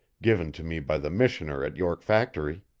given to me by the missioner at york factory.